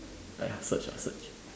I search I search